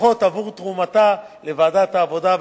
לפחות בעבור תרומתה לוועדת העבודה,